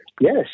Yes